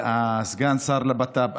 וסגן השר לביטחון פנים,